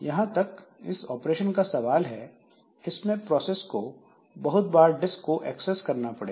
जहां तक इस ऑपरेशन का सवाल है इसमें प्रोसेस को बहुत बार डिस्क को एक्सेस करना पड़ेगा